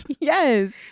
Yes